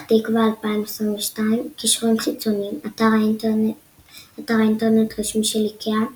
תקווה - 2022 קישורים חיצוניים אתר האינטרנט הרשמי של איקאה